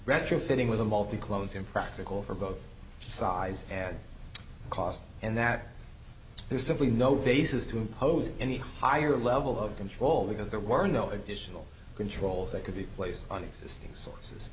retrofitting with a multi clones impractical for both size and cost and that there's simply no basis to impose any higher level of control because there were no additional controls that could be placed on existing sources